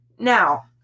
Now